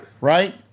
right